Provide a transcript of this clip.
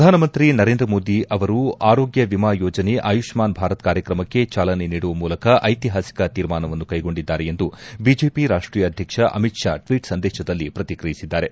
ಪ್ರಧಾನಮಂತ್ರಿ ನರೇಂದ್ರ ಮೋದಿ ಅವರು ಆರೋಗ್ಡ ವಿಮಾ ಯೋಜನೆ ಆಯುಷ್ನಾನ್ ಭಾರತ್ ಕಾರ್ಯಕ್ರಮಕ್ಷೆ ಚಾಲನೆ ನೀಡುವ ಮೂಲಕ ಐತಿಹಾಸಿಕ ತೀರ್ಮಾನವನ್ನು ಕ್ಷೆಗೊಂಡಿದ್ದಾರೆ ಎಂದು ಬಿಜೆಪಿ ರಾಷ್ಷೀಯ ಅಧ್ಯಕ್ಷ ಅಮಿತ್ ಷಾ ಟ್ನೀಟ್ ಸಂದೇಶದಲ್ಲಿ ಪ್ರತಿಕ್ರಿಯಿಸಿದ್ದಾರೆ